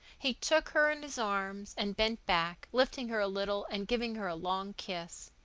he took her in his arms and bent back, lifting her a little and giving her a long kiss.